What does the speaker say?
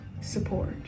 support